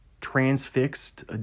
transfixed